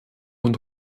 und